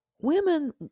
women